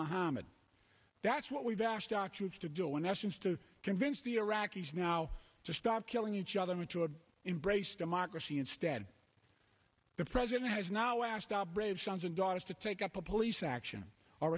mohammed that's what we've asked oxford's to do in essence to convince the iraqis now to stop killing each other into an embrace democracy instead the president has now asked our brave sons and daughters to take up a police action